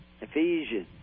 Ephesians